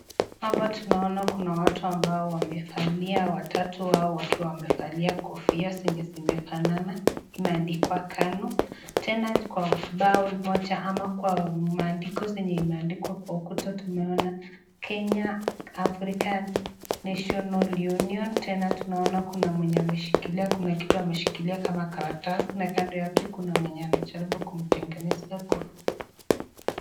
Hapa tunaona watu ambao wamevalia watatu wao wakiwa wamevalia kofia zenye zimefanana imeandikwa KANU. Tena kwa bango moja ama kwa maandiko yenye imeandikwa kwa ukuta tumeona Kenya African National Union . Tena tunaona kuna mwenye ameshikilia kuna kitu ameshikilia kama karatasi na kando yake kuna mwenye anajaribu kumtengeneza kofia.